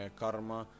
karma